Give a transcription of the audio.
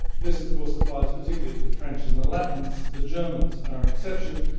this of course applies particularly to the french and the latins. the germans are an exception,